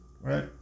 right